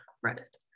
credit